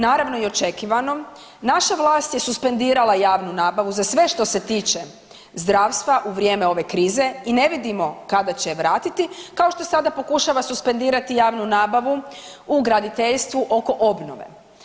Naravno i očekivano, naša vlast je suspendirala javnu nabavu za sve što se tiče zdravstva u vrijeme ove krize i ne vidimo kada će je vratiti kao što sada pokušava suspendirati javnu nabavu u graditeljstvu oko obnove.